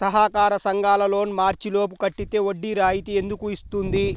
సహకార సంఘాల loan March లోపు కట్టితే వడ్డీ రాయితీ ఎందుకు ఇస్తుంది?